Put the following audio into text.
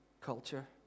culture